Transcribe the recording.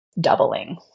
doubling